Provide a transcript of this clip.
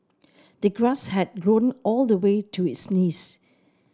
the grass had grown all the way to his knees